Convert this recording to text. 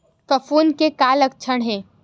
फफूंद के का लक्षण हे?